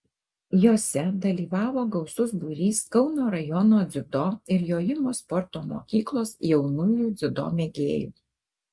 jose dalyvavo gausus būrys kauno rajono dziudo ir jojimo sporto mokyklos jaunųjų dziudo mėgėjų